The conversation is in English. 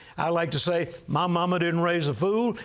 i like to say my mama didn't raise a fool.